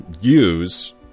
use